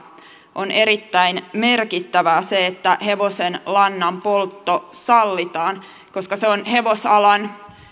on erittäin merkittävää se että hevosenlannan poltto sallitaan koska se on hevosalan